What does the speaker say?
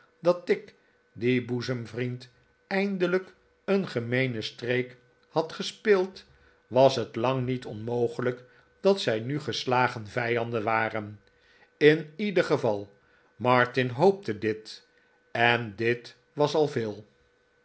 dat tigg dien boezemvriend eindelijk een gemeenen streek had gespeeld was het lang niet onmogelijk dat zij nu gestagen vijanden waren in ieder geval martin hoopte dit en dit was al veel